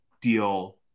deal